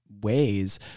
ways